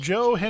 Joe